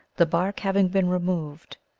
the bark having been removed,